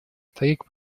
старик